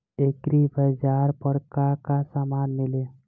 एग्रीबाजार पर का का समान मिली?